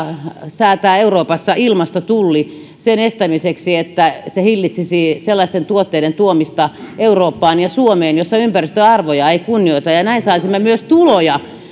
säätää euroopassa ilmastotulli että se hillitsisi sellaisten tuotteiden tuomista eurooppaan ja suomeen joissa ympäristöarvoja ei kunnioiteta näin saisimme myös tuloja